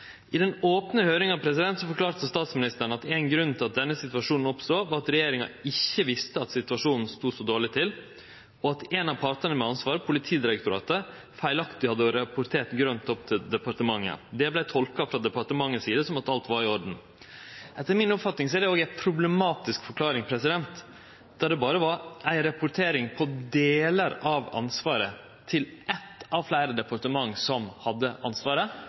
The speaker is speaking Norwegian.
I den opne høyringa forklarte statsministeren at ein grunn til at denne situasjonen oppstod, var at regjeringa ikkje visste at det stod så dårleg til, og at ein av partane med ansvar, Politidirektoratet, feilaktig hadde rapportert grønt opp til departementet. Det vart tolka frå departementet som at alt var i orden. Etter mi oppfatning er det òg ei problematisk forklaring, då det berre var ei rapportering på delar av ansvaret til eitt av fleire departement som hadde ansvaret,